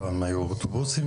פעם היו מתאבדים באוטובוסים.